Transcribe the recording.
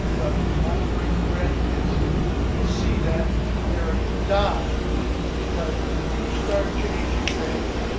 but my great-grandkids will see that area die because when you start changing things,